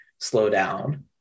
slowdown